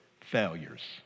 failures